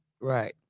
Right